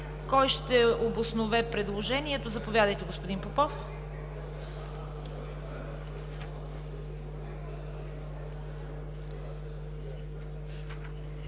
Кой ще обоснове предложението? Заповядайте, господин Попов.